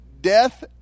death